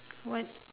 what